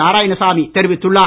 நாராயணசாமி தெரிவித்துள்ளார்